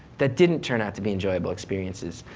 that didn't turn out to be enjoyable experiences.